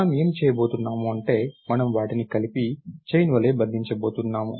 మనం ఏమి చేయబోతున్నాం అంటే మనం వాటిని కలిసి చైన్ వలే బంధించబోతున్నాం